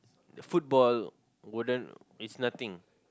football wouldn't it's nothing